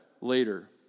later